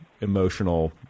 emotional